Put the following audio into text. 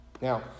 Now